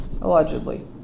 Allegedly